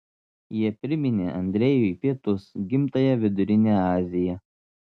jie priminė andrejui pietus gimtąją vidurinę aziją